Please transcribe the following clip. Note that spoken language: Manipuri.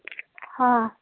ꯍꯥ